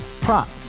prop